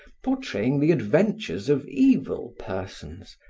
portraying the adventures of evil persons,